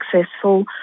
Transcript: successful